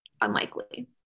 Unlikely